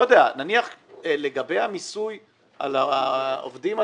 נניח לגבי המיסוי על העובדים הזרים,